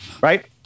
right